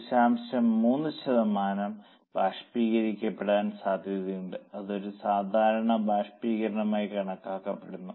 3 ശതമാനം ബാഷ്പീകരിക്കപ്പെടാൻ സാധ്യതയുണ്ട് അത് ഒരു സാധാരണ ബാഷ്പീകരണമായി കണക്കാക്കപ്പെടുന്നു